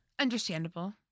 Understandable